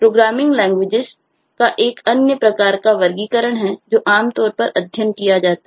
programming languages की अनुमति देते हैं